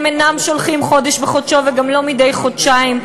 הם אינם שולחים חודש בחודשו וגם לא מדי חודשיים,